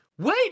Wait